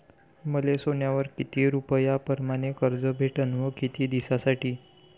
मले सोन्यावर किती रुपया परमाने कर्ज भेटन व किती दिसासाठी?